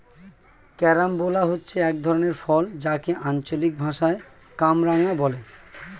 carambola হচ্ছে এক ধরনের ফল যাকে আঞ্চলিক ভাষায় কামরাঙা বলে